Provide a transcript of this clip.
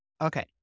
Okay